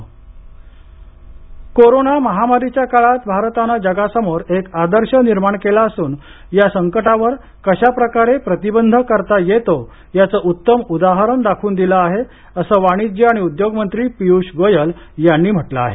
Goyal corona महामारीच्या काळात भारतानं जगासमोर एक आदर्श निर्माण केला असून या संकटावर कशाप्रकारे प्रतिबंध करता येतो याचे उत्तम उदाहरण दाखवून दिले आहे असे वाणिज्य आणि उद्योगमंत्री पीयूष गोयल यांनी म्हटलं आहे